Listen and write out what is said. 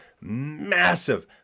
massive